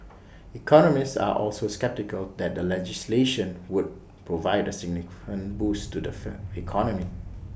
economists are also sceptical that the legislation would provide A significant boost to the fer economy